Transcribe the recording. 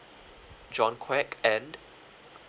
john kuek and